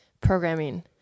programming